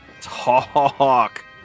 talk